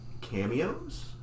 Cameos